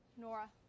Nora